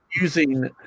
using